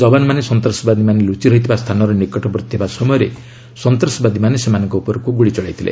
ଯବାନମାନେ ସନ୍ତାସବାଦୀମାନେ ଲୁଚି ରହିଥିବା ସ୍ଥାନର ନିକଟବର୍ତ୍ତୀ ହେବା ସମୟରେ ସନ୍ତାସବାଦୀମାନେ ସେମାନଙ୍କ ଉପରକୁ ଗୁଳି ଚଳାଇଥିଲେ